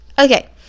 Okay